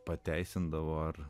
pateisindavo ar